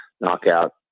knockout